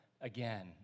again